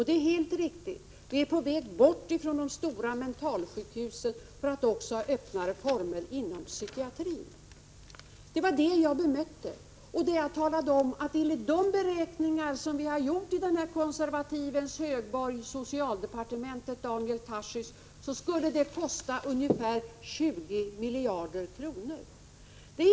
Det är helt riktigt — vi är på väg bort från de stora mentalsjukhusen mot öppna vårdformer inom psykiatrin. Det var det jag bemötte. Jag talade om att enligt de beräkningar som vi har gjort i ”konservatismens högborg” socialdepartementet, Daniel Tarschys, skulle det kosta ungefär 20 miljarder kronor.